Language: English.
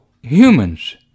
humans